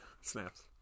Snaps